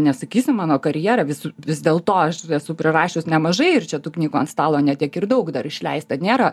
nesakysiu mano karjerą visų vis dėlto aš esu prirašius nemažai ir čia tų knygų ant stalo ne tiek ir daug dar išleista nėra